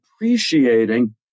appreciating